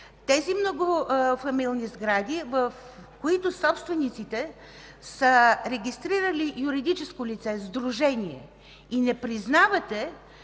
тези многофамилни сгради, в които собствениците са регистрирали юридическо лице – Сдружение, и не признавате